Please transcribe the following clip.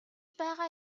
байгаа